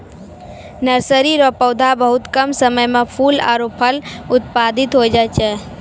nursery रो पौधा बहुत कम समय मे फूल आरु फल उत्पादित होय जाय छै